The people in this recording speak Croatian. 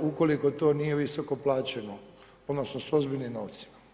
ukoliko to nije visoko plaćeno, odnosno s ozbiljnim novcima.